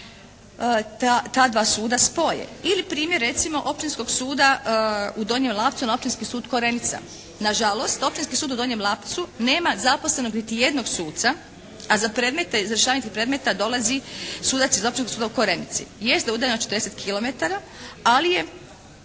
ta dva suda spoje. Ili primjer recimo Općinskog suda u Donjem Lapcu na Općinski sud Korenica. Nažalost Općinski sud u Donjem Lapcu nema zaposlenog niti jednog suca, a za predmet, za izvršavanje tih predmeta dolazi sudac iz Općinskog suda u Korenici. Jest da je udaljenost 40 kilometara ali je